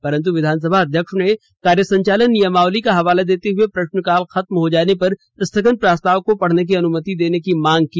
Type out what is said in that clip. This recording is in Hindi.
परंतु विधानसभा अध्यक्ष ने कार्यसंचालन नियमावली का हवाला देते हुए प्रश्नकाल खत्म हो जाने पर स्थगन प्रस्ताव को पढ़ने की अनुमति देने की मांग की